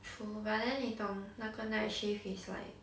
true but then 你懂那个 night shift is like